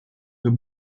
the